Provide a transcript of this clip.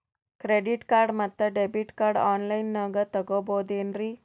Credit card ಮತ್ತು debit card ಆನ್ ಲೈನಾಗ್ ತಗೋಬಹುದೇನ್ರಿ?